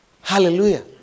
Hallelujah